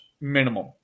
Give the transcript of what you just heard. minimum